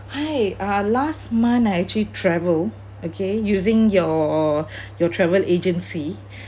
hi uh last month I actually travel okay using your your travel agency